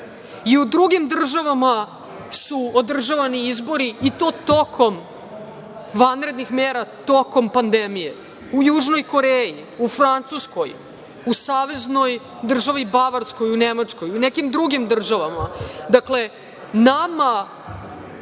u drugim državama su održavan i izbori, i to tokom vanrednih mera, tokom pandemije. U Južnoj Koreji, u Francuskoj, u Saveznoj državi Bavarskoj u Nemačkoj, u nekim drugim državama. Dakle, nama